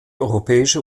europäische